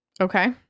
okay